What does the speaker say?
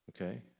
okay